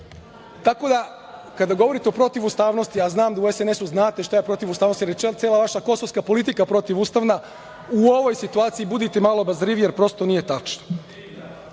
da, kada govorite o protivustavnosti, a znam da u SNS-u znate šta je protivustavnost, jer je cela vaša kosovska politika protiv ustavna. U ovoj situaciji budite malo obazriviji, jer prosto nije tačna. Ovo